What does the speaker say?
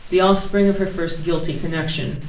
the offspring of her first guilty connection,